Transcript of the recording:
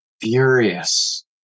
furious